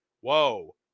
Whoa